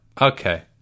Okay